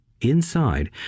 inside